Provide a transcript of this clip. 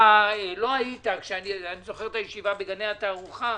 לא היית אני זוכר את הישיבה בגני התערוכה.